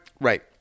right